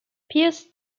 pierce